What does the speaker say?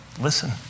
listen